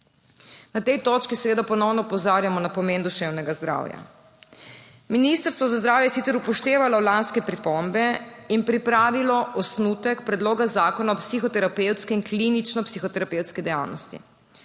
Na tej točki seveda ponovno opozarjamo na pomen duševnega zdravja. Ministrstvo za zdravje je sicer upoštevalo lanske pripombe in pripravilo osnutek predloga zakona o psihoterapevtski in klinično psihoterapevtski dejavnosti.